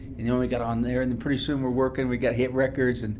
and you know we got on there! and pretty soon, we're working, we got hit records! and